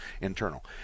internal